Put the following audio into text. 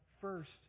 first